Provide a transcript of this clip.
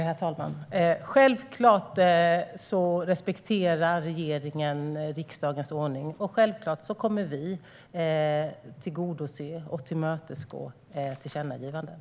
Herr talman! Självklart respekterar regeringen riksdagens ordning, och självklart kommer vi att tillgodose och tillmötesgå tillkännagivanden.